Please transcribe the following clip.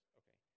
okay